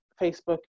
facebook